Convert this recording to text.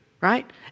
right